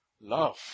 Love